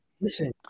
listen